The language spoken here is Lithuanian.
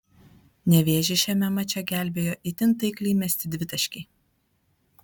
nevėžį šiame mače gelbėjo itin taikliai mesti dvitaškiai